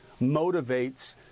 motivates